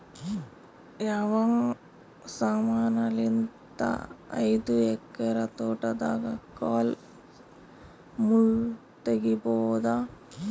ಯಾವ ಸಮಾನಲಿದ್ದ ಐದು ಎಕರ ತೋಟದಾಗ ಕಲ್ ಮುಳ್ ತಗಿಬೊದ?